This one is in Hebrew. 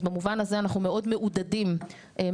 אז במובן הזה אנחנו מאוד מעודדים מהרצון